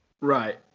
Right